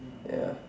ya